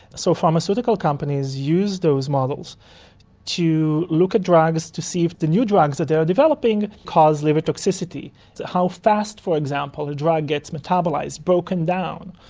so pharmaceutical companies use those models to look at drugs to see if the new drugs that they are developing cause liver toxicity. so how fast, for example, a drug gets metabolised, broken down.